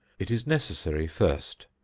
it is necessary, first,